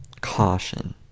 caution